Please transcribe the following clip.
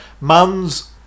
man's